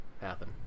happen